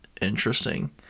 interesting